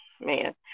man